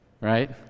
Right